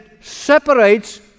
separates